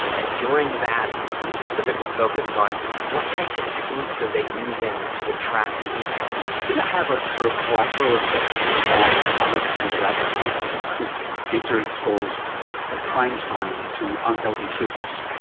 and during that we specifically focused on what types of techniques are they using to attract females. did it have a sort of collateral effect on other kinds of advertising? because kids are exposed at prime time to unhealthy foods,